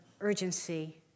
urgency